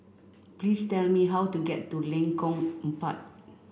please tell me how to get to Lengkong Empat